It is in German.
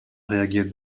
reagiert